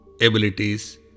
abilities